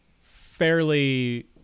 fairly